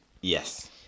Yes